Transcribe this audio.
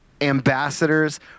Ambassadors